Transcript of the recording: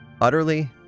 utterly